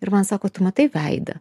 ir man sako tu matai veidą